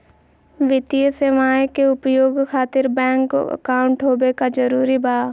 वित्तीय सेवाएं के उपयोग खातिर बैंक अकाउंट होबे का जरूरी बा?